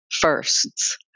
firsts